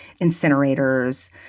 incinerators